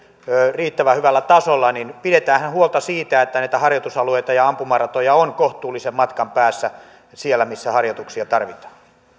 riittävän hyvällä tasolla niin pidetäänhän huolta siitä että näitä harjoitusalueita ja ampumaratoja on kohtuullisen matkan päässä siellä missä harjoituksia tarvitaan